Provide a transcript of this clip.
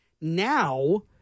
Now